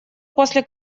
после